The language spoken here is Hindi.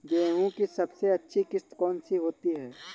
गेहूँ की सबसे अच्छी किश्त कौन सी होती है?